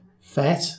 fat